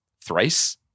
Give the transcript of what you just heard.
thrice